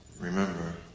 remember